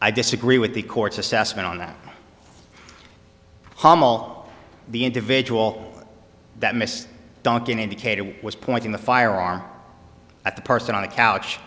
i disagree with the court's assessment on that hummel the individual that mr duncan indicated was pointing the firearm at the person on the couch